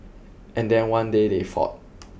and then one day they fought